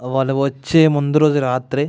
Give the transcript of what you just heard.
వాళ్ళు వచ్చే ముందు రోజు రాత్రే